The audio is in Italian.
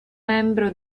membro